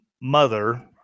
mother